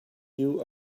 you